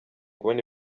kubona